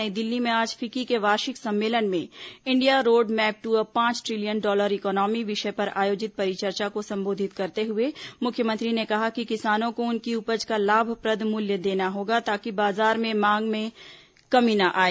नई दिल्ली में आज फिक्की के वार्षिक सम्मेलन में India road map to a पांच ट्रिलियन डॉलर इकोनॉमी विषय पर आयोजित परिचर्चा को संबोधित करते हुए मुख्यमंत्री ने कहा कि किसानों को उनकी उपज का लाभप्रद मूल्य देना होगा ताकि बाजार में मांग में कमी न आए